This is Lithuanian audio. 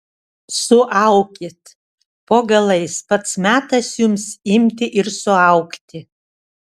suaukit po galais pats metas jums imti ir suaugti